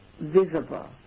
visible